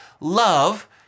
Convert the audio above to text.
love